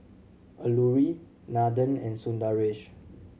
Alluri Nathan and Sundaresh